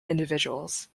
individuals